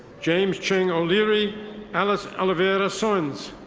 james cheng o'leary alice oliveira-souns.